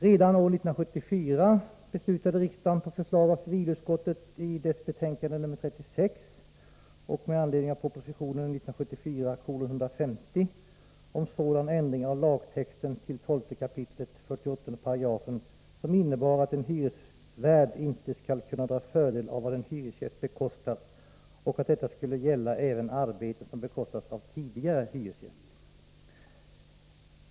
Redan år 1974 beslutade riksdagen, på förslag av civilutskottet i dess betänkande nr 36 och med anledning av proposition 1974:150, om en ändring av lagtexten till 12 kap. 48 § som innebar att en hyresvärd inte skall kunna dra fördel av vad en hyresgäst bekostat och att detta skulle gälla även arbeten som bekostats av tidigare hyresgäst.